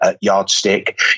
Yardstick